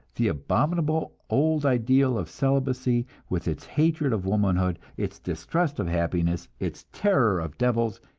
the abominable old ideal of celibacy, with its hatred of womanhood, its distrust of happiness, its terror of devils,